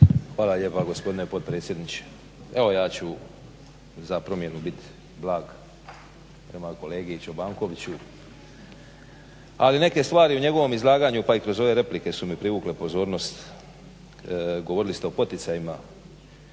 Hvala lijepa gospodine potpredsjedniče. Evo ja ću za promjenu biti blag prema kolegi Čobankoviću, ali neke stvari u njegovom izlaganju pa i kroz ove replike su mi privukle pozornost. Govorili ste o poticajima,